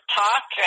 talk